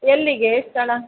ಎಲ್ಲಿಗೇ ಸ್ಥಳ